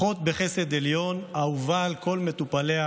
אחות בחסד עליון, אהובה על כל מטופליה,